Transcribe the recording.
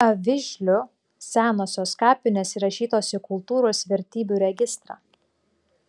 avižlių senosios kapinės įrašytos į kultūros vertybių registrą